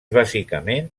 bàsicament